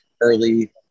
early